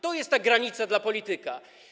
To jest ta granica dla polityka.